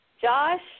Josh